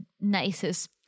nicest